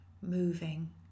moving